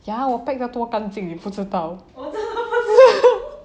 ya 我 pack 到多干净你不知道